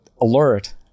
alert